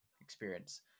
experience